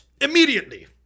immediately